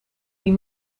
die